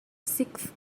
sixth